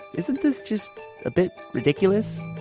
isn't this just a bit ridiculous?